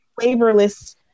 flavorless